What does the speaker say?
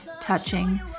touching